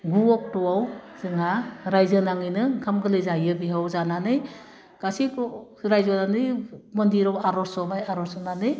गु अक्ट'आव जोंहा रायजो नाङैनो ओंखाम गोरलै जायो बेयाव जानानै गासैखौ रायजोनानै मन्दिराव आर'ज जबाय आर'ज जनानै